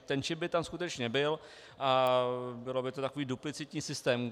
Ten čip by tam skutečně byl a byl by to takový duplicitní systém.